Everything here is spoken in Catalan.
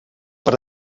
per